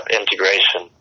integration